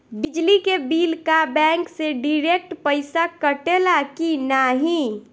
बिजली के बिल का बैंक से डिरेक्ट पइसा कटेला की नाहीं?